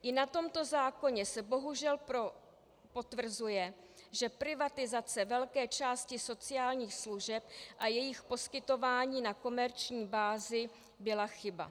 I na tomto zákoně se bohužel potvrzuje, že privatizace velké části sociálních služeb a jejich poskytování na komerční bázi byla chyba.